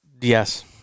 Yes